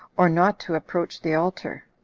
or not to approach the altar,